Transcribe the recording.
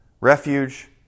refuge